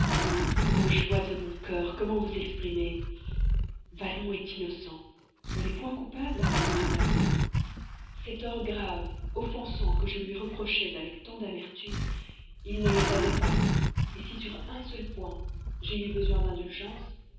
o joie de mon cœur comment vous exprimer valmont est innocent on n'est point coupable avec autant d'amour ces torts graves offensants que je lui reprochais avec tant d'amertume il ne les avait pas si sur un seul point j'ai eu besoin d'indulgence